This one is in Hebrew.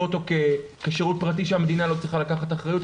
אותו כשירות פרטי שהמדינה לא צריכה לקחת אחריות.